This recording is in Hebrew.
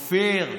אופיר,